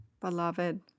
beloved